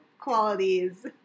qualities